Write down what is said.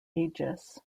aegis